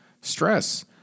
stress